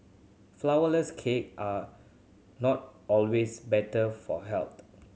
flourless cake are not always better for health